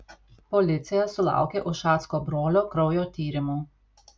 policija sulaukė ušacko brolio kraujo tyrimų